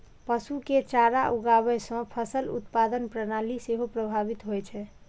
पशु के चारा उगाबै सं फसल उत्पादन प्रणाली सेहो प्रभावित होइ छै